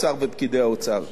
ראש רשות המסים.